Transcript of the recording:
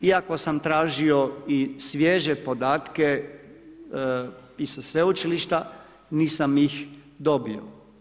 Iako sam tražio i svježe podatke i sa sveučilišta nisam ih dobio.